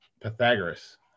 Pythagoras